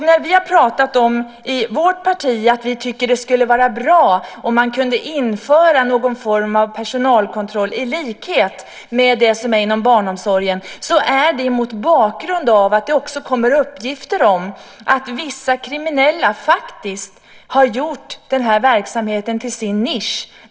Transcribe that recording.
När vi i vårt parti har pratat om att vi tycker att det skulle vara bra om man kunde införa någon form av personalkontroll i likhet med den som förekommer inom barnomsorgen är det mot bakgrund av att det också kommer uppgifter om att vissa kriminella faktiskt har gjort den här verksamheten till sin nisch.